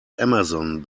amazon